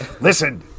Listen